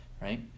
right